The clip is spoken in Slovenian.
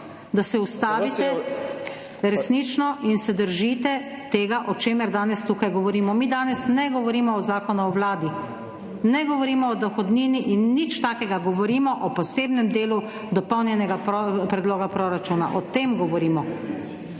da se ustavite, resnično, in se držite tega, o čemer danes tukaj govorimo. Mi danes ne govorimo o zakonu o Vladi, ne govorimo o dohodnini in nič takega. Govorimo o posebnem delu dopolnjenega predloga proračuna, o tem govorimo.